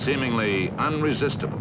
seemingly i'm resistant